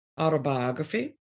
autobiography